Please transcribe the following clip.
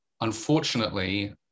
Unfortunately